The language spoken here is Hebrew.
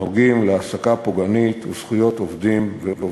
הנוגעים להעסקה פוגענית ולזכויות עובדים ועובדות.